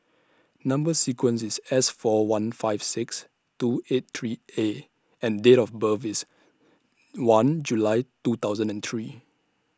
Number sequence IS S four one five six two eight three A and Date of birth IS one July two thousand and three